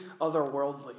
otherworldly